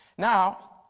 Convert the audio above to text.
now,